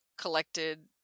collected